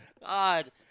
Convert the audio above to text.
God